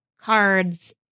cards